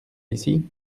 ici